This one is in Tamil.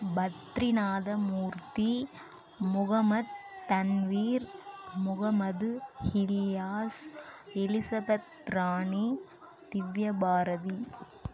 பத்ரிநாத மூர்த்தி முகமத் தன்வீர் முகமது இலியாஸ் எலிசபெத் ராணி திவ்யபாரதி